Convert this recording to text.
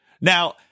Now